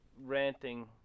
ranting